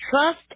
trust